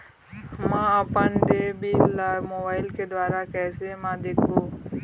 म अपन देय बिल ला मोबाइल के द्वारा कैसे म देखबो?